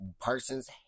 person's